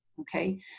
Okay